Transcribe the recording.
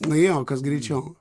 nu jo kas greičiau